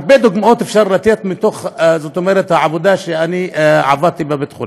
הרבה דוגמאות אפשר לתת מתוך העבודה שאני עבדתי בבית חולים.